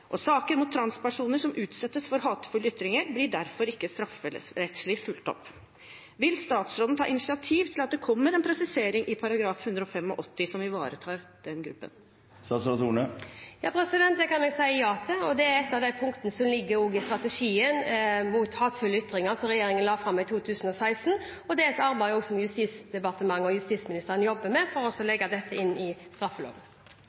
og saker mot transpersoner som utsettes for hatefulle ytringer, blir derfor ikke strafferettslig fulgt opp. Vil statsråden ta initiativ til at det kommer en presisering i § 185 som ivaretar den gruppen? Det kan jeg si ja til. Dette er et av de punktene som ligger i strategien mot hatefulle ytringer som regjeringen la fram i 2016, og det er også et arbeid som Justisdepartementet og justisministeren jobber med for å legge dette inn i straffeloven.